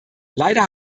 leider